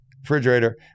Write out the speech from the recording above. refrigerator